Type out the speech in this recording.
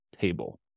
table